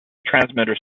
transmitter